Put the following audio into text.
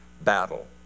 battle